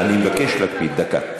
אני מבקש להקפיד, דקה.